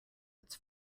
its